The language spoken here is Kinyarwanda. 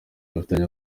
bafitanye